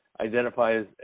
identifies